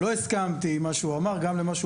לא הסכמתי עם מה שהוא אמר גם למה שהוא